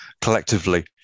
collectively